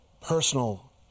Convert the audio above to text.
personal